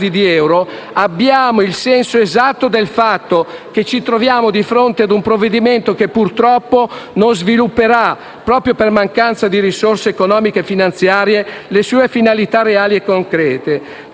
di euro, abbiamo il senso esatto del fatto che ci troviamo di fronte a un provvedimento che, purtroppo, non svilupperà, proprio per mancanza di risorse economiche e finanziarie, le sue finalità reali e concrete.